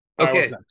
Okay